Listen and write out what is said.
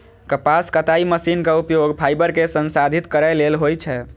कपास कताइ मशीनक उपयोग फाइबर कें संसाधित करै लेल होइ छै